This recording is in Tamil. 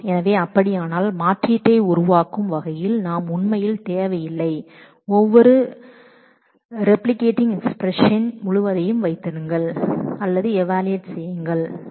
எனவே அப்படியானால் மாற்றீட்டை உருவாக்கும் வகையில் நாம் உண்மையில் ஒவ்வொரு ரப்ளிகேட்டிங் எஸ்பிரஸன் முழுவதையும் ஈவாலூவெட் செய்யப்பட்ட மாற்றீட்டை வைத்திருக்க தேவையில்லை